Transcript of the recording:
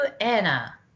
Anna